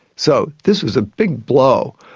so this was a big blow.